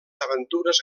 aventures